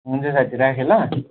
हुन्छ साथी राखेँ ल